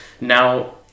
Now